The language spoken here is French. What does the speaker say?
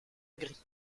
gris